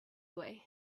away